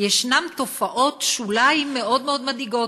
ישנן תופעות שוליים מאוד מאוד מדאיגות.